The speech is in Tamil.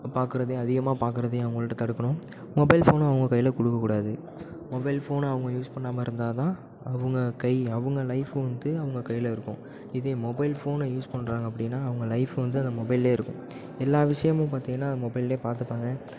பார்க்கறதையும் அதிகமாக பார்க்கறதையும் அவங்கள்ட்ட தடுக்கணும் மொபைல் ஃபோனும் அவங்க கையில் கொடுக்கக்கூடாது மொபைல் ஃபோனு அவங்க யூஸ் பண்ணாமல் இருந்தால் தான் அவங்க கை அவங்க லைஃப வந்து அவங்க கையில் இருக்கும் இதே மொபைல் ஃபோனை யூஸ் பண்ணுறாங்க அப்படின்னா அவங்க லைஃப் வந்து அந்த மொபைலில் இருக்கும் எல்லா விஷயமும் பார்த்தீங்கன்னா மொபைலில் பார்த்துப்பாங்க